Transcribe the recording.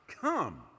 come